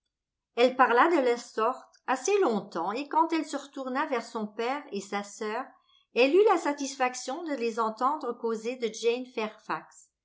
elle parla de la sorte assez longtemps et quand elle se retourna vers son père et sa sœur elle eut la satisfaction de les entendre causer de jane